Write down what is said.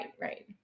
right